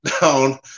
down